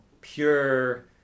pure